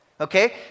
Okay